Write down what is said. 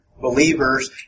believers